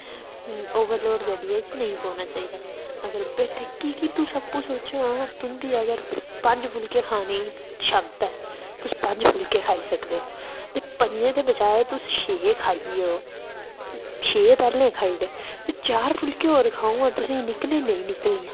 कि ओवरलोड़ गड्डियै च नेईं बौह्ना चाहिदा ते तुस आपूं सोचो हां कि तुंदी अगर पंज फुल्के खाने दी क्षमता ऐ तुस पंज फुल्के खाई सकदे ओ ते पंञें दे बजाए तुस छे खाई लैओ छे पैह्लें खाई ओड़े ते चार फुल्के होर खाई ओड़ो हां तुसें गी निकलने नेईं निकलने